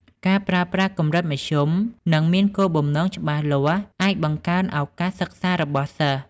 ការប្រើប្រាស់កម្រិតមធ្យម និងមានគោលបំណងច្បាស់លាស់អាចបង្កើនឱកាសសិក្សារបស់សិស្ស។